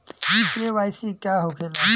KYC का होखेला?